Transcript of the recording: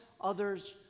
others